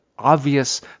Obvious